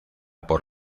por